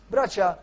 Bracia